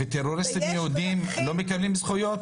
ויש דרכים --- וטרוריסטים יהודים לא מקבלים זכויות?